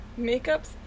Makeups